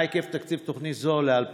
6. מה היקף תקציב תוכנית זו ל-2020?